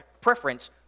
preference